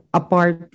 apart